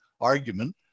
argument